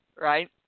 right